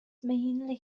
mainly